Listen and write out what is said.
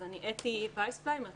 אני רק